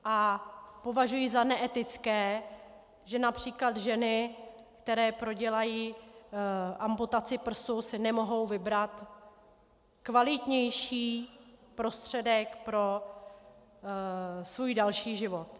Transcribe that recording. A považuji za neetické, že např. ženy, které prodělají amputaci prsu, si nemohou vybrat kvalitnější prostředek pro svůj další život.